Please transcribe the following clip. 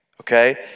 okay